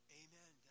amen